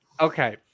Okay